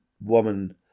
woman